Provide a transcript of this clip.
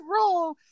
role